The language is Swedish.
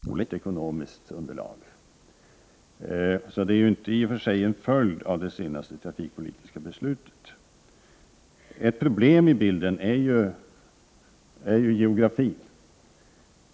Herr talman! Jag är nogsamt medveten om det här problemet. Nu är det i och för sig inget nypåkommet problem. Transporterna på järnvägen har på den här sträckan under lång tid gått med dåligt ekonomiskt underlag, så situationen är inte i och för sig en följd av det senaste trafikpolitiska beslutet. En svårighet i den här bilden är ju geografin.